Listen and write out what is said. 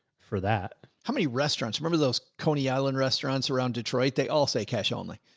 for that. how many restaurants remember those coney island restaurants around detroit? they all say cash only.